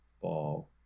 ball